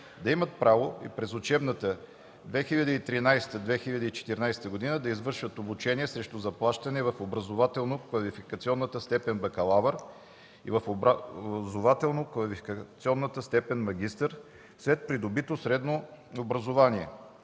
да имат право и през учебната 2013/2014 г. да извършват обучение срещу заплащане в образователно-квалификационна степен „бакалавър” и в образователно-квалификационна степен „магистър” след придобито средно образование,